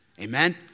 Amen